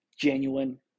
genuine